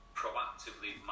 proactively